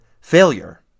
failure